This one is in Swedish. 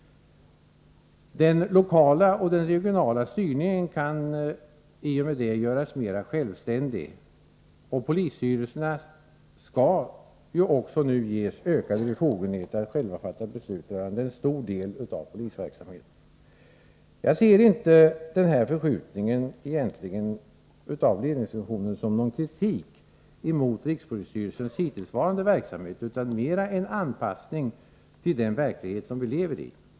Den lokala och regionala styrningen kan i och med detta göras mer självständig. Polisstyrelserna skall nu också ges ökade befogenheter att själva fatta beslut rörande en stor del av polisens verksamhet. Jag ser inte denna förskjutning av ledningsfunktionen som någon kritik mot rikspolisstyrelsens hittillsvarande verksamhet. Det är mera fråga om en anpassning till den verklighet som vi lever i.